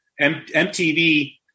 MTV